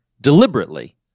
deliberately